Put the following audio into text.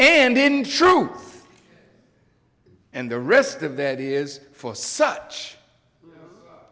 and then sure and the rest of that is for such